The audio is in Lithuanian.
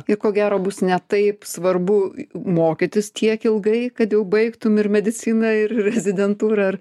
ir ko gero bus ne taip svarbu mokytis tiek ilgai kad jau baigtum ir mediciną ir rezidentūrą ar